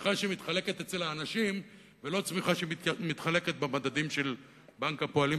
צמיחה שמתחלקת אצל האנשים ולא צמיחה שמתחלקת במדדים של בנק הפועלים,